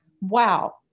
Wow